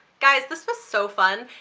guys this was so fun,